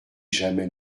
jamais